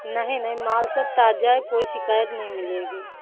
नहीं नहीं माल सब ताजा है कोई शिकायत नहीं मिलेगी